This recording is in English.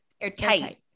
Airtight